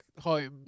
home